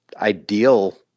ideal